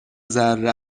ذره